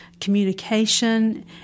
communication